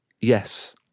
Yes